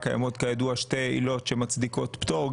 קיימות כידוע שתי עילות שמצדיקות פטור,